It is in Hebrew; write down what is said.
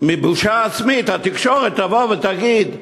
מבושה עצמית, התקשורת תבוא ותגיד: